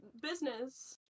business